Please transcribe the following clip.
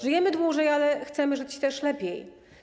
Żyjemy dłużej, ale chcemy żyć też lepiej.